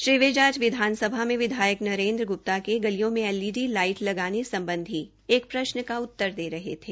श्री विज आज विधानसभा में विधायक नरेन्द्र ग्प्ता के गलियों में एलईडी लाइट लगाने सम्बधी एक प्रश्न का उत्तर दे रहे थे